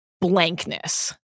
blankness